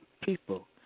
people